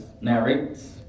narrates